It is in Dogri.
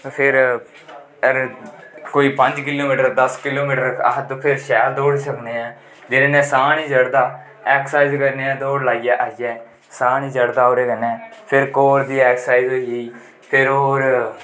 फिर कोई पंज किलो मीटर कोई दस किलो मीटर अस फिर शैल दौड़ी सकने ऐं जेह्दै नै साह् नी चढ़दा ऐक्सर्साइज़ करने ऐं दौड़ लाईयै आईयै साह् नी चढ़दा ओह्दै कन्नै फिर इक होर बी ऐक्स्रसाईज़ फिर होर